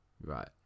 Right